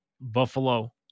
Buffalo